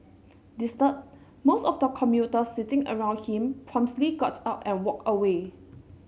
disturbed most of the commuters sitting around him got up and walked away